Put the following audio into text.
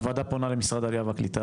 הוועדה פונה למשרד העלייה והקליטה,